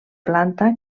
planta